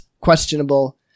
questionable